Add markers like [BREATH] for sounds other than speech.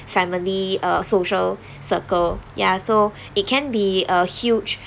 family uh social circle ya so [BREATH] it can be a huge